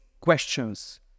questions